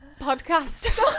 podcast